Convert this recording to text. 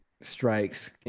strikes